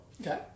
Okay